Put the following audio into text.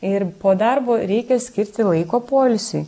ir po darbo reikia skirti laiko poilsiui